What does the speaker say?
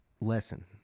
lesson